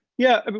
yeah, but